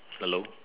hello